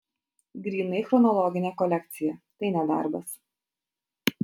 grynai chronologinė kolekcija tai ne darbas